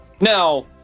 Now